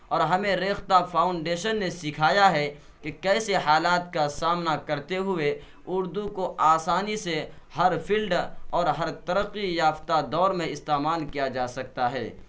اور ہمیں ریختہ فاؤنڈیشن نے سکھایا ہے کہ کیسے حالات کا سامنا کرتے ہوئے اردو کو آسانی سے ہر فلڈ اور ہر ترقی یافتہ دور میں استعمال کیا جا سکتا ہے